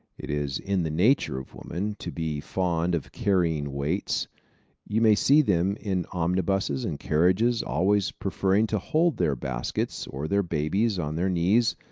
it is in the nature of women to be fond of carrying weights you may see them in omnibuses and carriages, always preferring to hold their baskets or their babies on their knees,